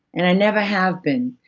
and i never have been,